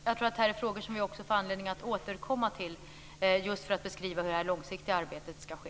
Fru talman! Detta är frågor som vi får anledning att återkomma till, just för att beskriva hur det långsiktiga arbetet skall ske.